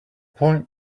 point